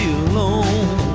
alone